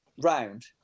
round